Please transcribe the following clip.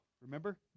Remember